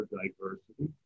diversity